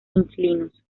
inquilinos